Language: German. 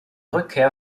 rückkehr